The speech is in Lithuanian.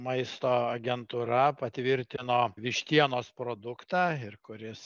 maisto agentūra patvirtino vištienos produktą ir kuris